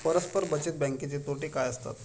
परस्पर बचत बँकेचे तोटे काय असतात?